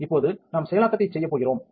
இப்போது நாம் செயலாக்கத்தை செய்ய போகிறோம்